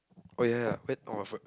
oh ya ya wait oh my foot